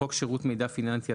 בחוק שירות מידע פיננסי,